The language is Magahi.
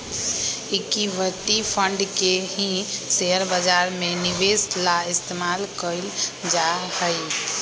इक्विटी फंड के ही शेयर बाजार में निवेश ला इस्तेमाल कइल जाहई